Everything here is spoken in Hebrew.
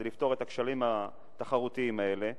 כדי לפתור את הכשלים התחרותיים האלה.